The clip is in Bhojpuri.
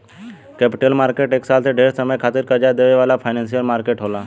कैपिटल मार्केट एक साल से ढेर समय खातिर कर्जा देवे वाला फाइनेंशियल मार्केट होला